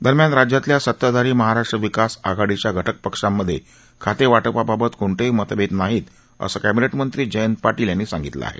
दरम्यान राज्यातल्या सत्ताधारी महाराष्ट्र विकास आघाडीच्या घटक पक्षांमधे खाते वाटपाबाबत कोणतेही मतभेद नाहीत असं कॅबिनेट मंत्री जयंत पाटील यांनी सांगितलं आहे